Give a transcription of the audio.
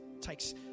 takes